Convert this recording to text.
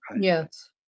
Yes